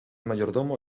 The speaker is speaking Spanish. mayordomo